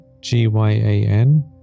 g-y-a-n